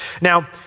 Now